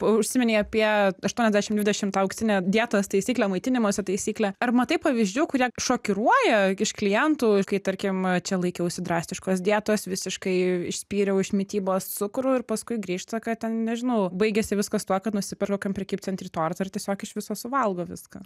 užsiminei apie aštuoniasdešimt dvidešimt tą auksinę dietos taisyklę maitinimosi taisyklę ar matai pavyzdžių kurie šokiruoja iš klientų ir kai tarkim čia laikiausi drastiškos dietos visiškai išspyriau iš mitybos cukrų ir paskui grįžta kad ten nežinau baigėsi viskas tuo kad nusiperka kokiam prekybcentry tortą ir tiesiog iš viso suvalgo viską